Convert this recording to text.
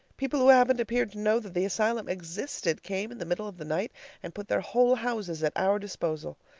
people who haven't appeared to know that the asylum existed came in the middle of the night and put their whole houses at our disposal.